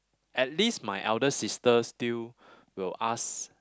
at least my elder sister still will ask